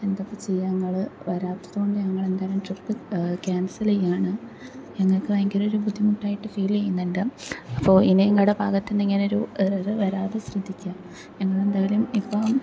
എന്താണ് ഇപ്പം ചെയ്യുക നിങ്ങൾ വരാത്തതുകൊണ്ട് ഞങ്ങൾ എന്തായാലും ട്രിപ്പ് ക്യാൻസൽ ചെയ്യുകയാണ് ഞങ്ങൾക്ക് ഭയങ്കര ഒരു ബുദ്ധിമുട്ടായിട്ട് ഫീൽ ചെയ്യുന്നുണ്ട് അപ്പോൾ ഇനി നിങ്ങളുടെ ഭാഗത്ത് നിന്ന് ഇങ്ങനെ ഒരു എറർ വരാതെ ശ്രദ്ധിക്കുക ഞങ്ങൾ എന്തായാലും ഇപ്പോൾ